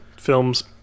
films